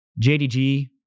JDG